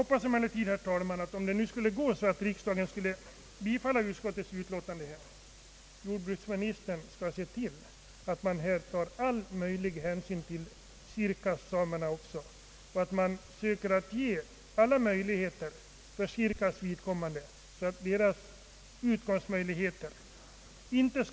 Om nu emellertid riksdagen skulle bifalla utskottets utlåtande, hoppas jag att jordbruksministern ser till att all möjlig hänsyn tas till sirkassamerna och att man söker skapa alla möjligheter för Sirkas vidkommande så att deras utkomstmöjligheter inte försvåras.